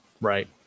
Right